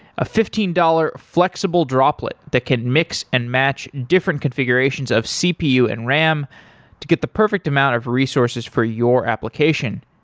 a fifteen dollars flexible droplet that can mix and match different configurations of cpu and ram to get the perfect amount of resources for your application.